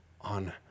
on